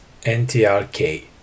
NTRK